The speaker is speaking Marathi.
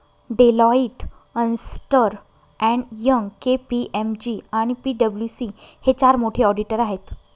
डेलॉईट, अस्न्टर अँड यंग, के.पी.एम.जी आणि पी.डब्ल्यू.सी हे चार मोठे ऑडिटर आहेत